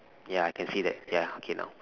ya can say that ya K now